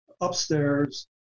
upstairs